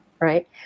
right